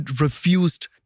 refused